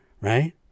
right